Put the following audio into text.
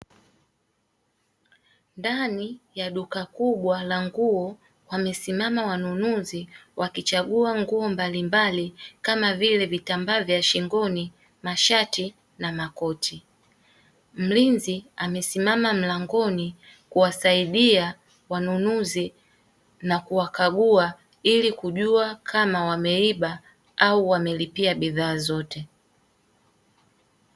Ndani ya duka kubwa la nguo, wamesimama wanunuzi wakichagua nguo mbalimbali, kama vile vitambaa vya shingoni, mashati na makoti. Mlinzi amesimama mlangoni, kuwasaidia wanunuzi na kuwakagua, ili kujua kama wameiba au wamelipia bidhaa zote.